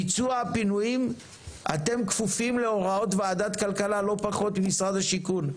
ביצוע הפינויים אתם כפופים להוראות ועדת כלכלה לא פחות ממשרד השיכון,